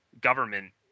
government